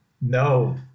No